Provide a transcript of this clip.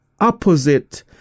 opposite